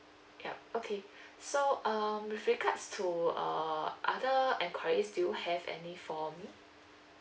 yup okay so um with regards to err other enquiries do you have any for me